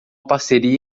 parceria